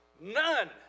None